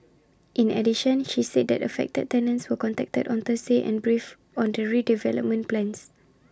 in addition she said that affected tenants were contacted on Thursday and briefed on the redevelopment plans